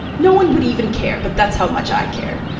no one would even care, but that's how much i care.